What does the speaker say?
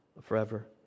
forever